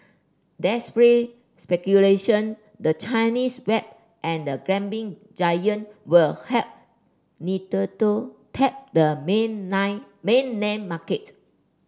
that spurred speculation the Chinese web and the gaming giant will help Nintendo tap the main lie mainland market